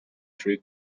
through